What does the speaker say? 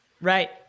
Right